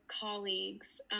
colleagues